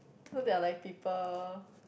no there are like people